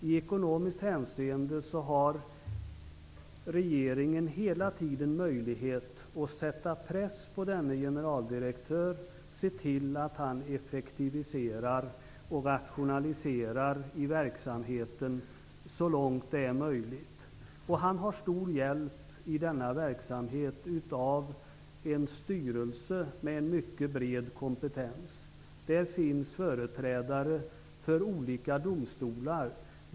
I ekonomiskt hänseende har regeringen hela tiden möjlighet att sätta press på denne generaldirektör och se till att han effektiviserar och rationaliserar i verksamheten så långt det är möjligt. Generaldirektören har i denna verksamhet stor hjälp av en styrelse med en mycket bred kompetens. Där finns företrädare för olika domstolar.